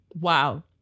Wow